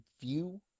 view